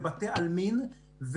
בתי עלמין.